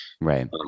Right